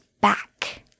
back